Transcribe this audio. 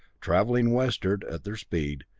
travelling westward at their speed,